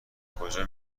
کجا